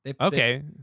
okay